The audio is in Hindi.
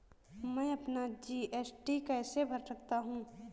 मैं अपना जी.एस.टी कैसे भर सकता हूँ?